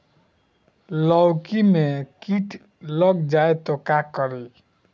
लौकी मे किट लग जाए तो का करी?